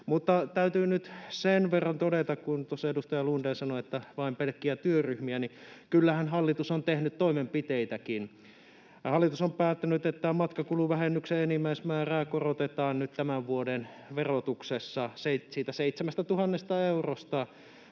Täytyy nyt sen verran todeta, kun tuossa edustaja Lundén sanoi, että vain pelkkiä työryhmiä, niin kyllähän hallitus on tehnyt toimenpiteitäkin. Hallitus on päättänyt, että matkakuluvähennyksen enimmäismäärää korotetaan nyt tämän vuoden verotuksessa siitä 7 000 eurosta